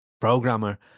programmer